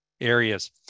areas